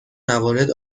موارد